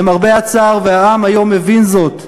למרבה הצער, והעם היום מבין זאת,